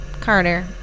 Carter